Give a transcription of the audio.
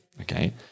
okay